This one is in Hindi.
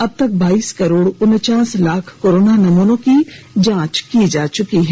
अब तक बाइस करोड़ उनचास लाख कोरोना नमूनों की जांच की जा चुकी हैं